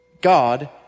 God